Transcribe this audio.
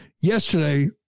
yesterday